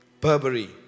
Burberry